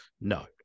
No